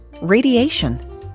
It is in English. Radiation